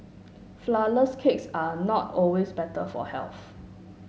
Flourless cakes are not always better for health